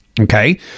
Okay